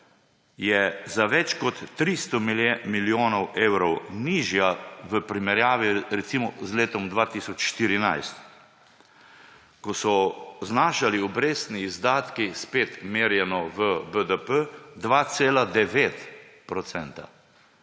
je za več kot 300 milijonov evrov nižja v primerjavi z letom 2014, ko so znašali obrestni izdatki, spet merjeno v BDP, 2,9 %.